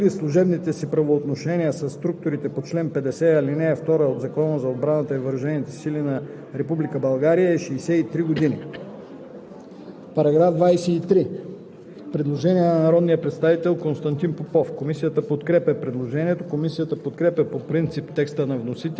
2. Създава се ал. 3: „(3) Пределната възраст за водене на военен отчет на запасните, прекратили служебните си правоотношения със структури по чл. 50, ал. 2 от Закона за отбраната и въоръжените сили на Република България, е 63 години.“